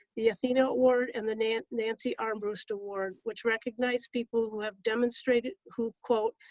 the athena award and the nancy nancy armbrust award, which recognize people who have demonstrated who, quote,